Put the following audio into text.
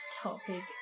topic